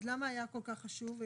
אז למה היה פה ככה שוב?